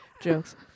jokes